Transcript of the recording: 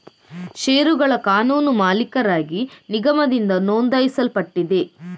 ಷೇರುಗಳ ಕಾನೂನು ಮಾಲೀಕರಾಗಿ ನಿಗಮದಿಂದ ನೋಂದಾಯಿಸಲ್ಪಟ್ಟಿದೆ